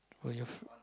will your f~